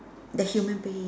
the human being